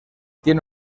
tiene